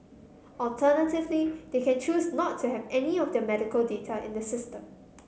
alternatively they can choose not to have any of their medical data in the system